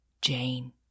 Jane